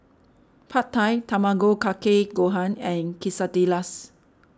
Pad Thai Tamago Kake Gohan and Quesadillas